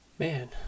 Man